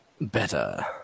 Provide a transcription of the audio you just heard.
Better